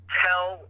tell